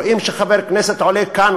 רואים שחבר כנסת עולה כאן,